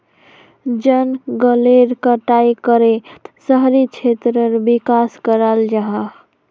जनगलेर कटाई करे शहरी क्षेत्रेर विकास कराल जाहा